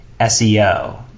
SEO